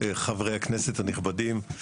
חברי הכנסת הנכבדים.